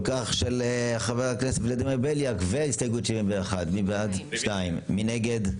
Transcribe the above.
1. מי נגד?